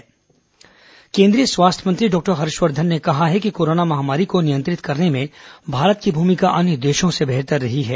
corona स्वास्थ्य मंत्री केन्द्रीय स्वास्थ्य मंत्री डॉक्टर हर्षवर्धन ने कहा है कि कोरोना महामारी को नियंत्रित करने में भारत की भूमिका अन्य देशों से बेहतर रही है